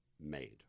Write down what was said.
made